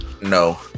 no